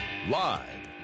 Live